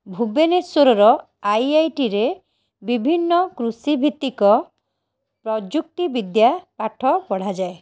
ଭୁବନେଶ୍ଵରର ଆଇଆଇଟିରେ ବିଭିନ୍ନ କୃଷିଭିତ୍ତିକ ପ୍ରଯୁକ୍ତି ବିଦ୍ୟା ପାଠ ପଢ଼ାଯାଏ